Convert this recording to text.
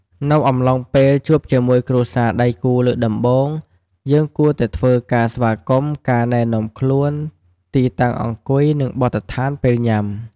នៅអំឡុងពេលជួបជាមួយគ្រួសារដៃគូលើកដំបូង យើងគួរតែធ្វើការស្វាគម៍ ការណែនាំខ្លួន ទីតាំងអង្គុយនិងបទដ្ឋានពេលញ៉ាំ។